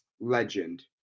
legend